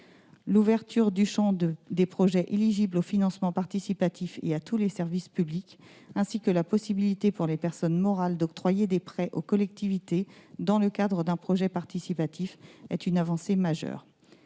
L'extension du champ des projets éligibles au financement participatif à tous les services publics, ainsi que la possibilité offerte aux personnes morales d'octroyer des prêts aux collectivités dans le cadre d'un projet participatif sont une avancée majeure